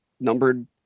numbered